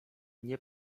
nie